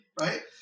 right